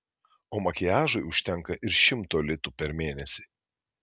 o makiažui užtenka ir šimto litų per mėnesį